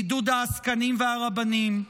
בעידוד העסקנים והרבנים,